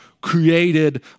created